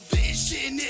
vision